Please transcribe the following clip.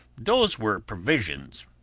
those were provisions,